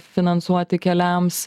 finansuoti keliams